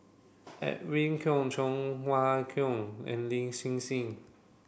Edwin Koek Cheng Wai Keung and Lin Hsin Hsin